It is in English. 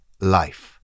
life